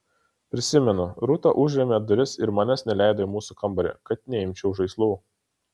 prisimenu rūta užrėmė duris ir manęs neleido į mūsų kambarį kad neimčiau žaislų